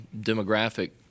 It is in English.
demographic